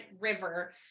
river